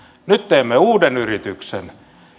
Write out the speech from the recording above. nyt teemme uuden yrityksen